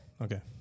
Okay